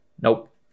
Nope